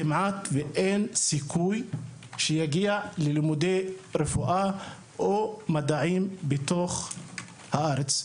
כמעט ואין סיכוי להגיע ללימודי רפואה או מדעים בתוך הארץ.